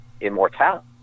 immortality